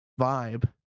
vibe